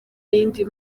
yindi